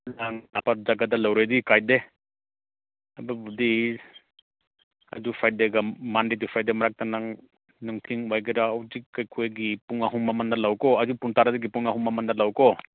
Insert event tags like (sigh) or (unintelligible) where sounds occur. (unintelligible) ꯂꯧꯔꯗꯤ ꯀꯥꯏꯗꯦ ꯑꯗꯨꯕꯨꯗꯤ ꯑꯗꯨ ꯐ꯭ꯔꯥꯏꯗꯦꯒ ꯃꯟꯗꯦ ꯇꯨ ꯐ꯭ꯔꯥꯏꯗꯦ ꯃꯔꯛꯇ ꯅꯪ ꯅꯨꯡꯊꯤꯟ ꯑꯣꯏꯒꯦꯔꯥ ꯍꯧꯖꯤꯛ ꯑꯩꯈꯣꯏꯒꯤ ꯄꯨꯡ ꯑꯍꯨꯝ ꯃꯃꯥꯡꯗ ꯂꯥꯛꯎꯀꯣ ꯑꯗꯨ ꯄꯨꯡ ꯇꯥꯔꯥꯗꯒꯤ ꯄꯨꯡ ꯑꯍꯨꯝ ꯃꯃꯥꯡꯗ ꯂꯥꯛꯎꯀꯣ